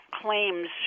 claims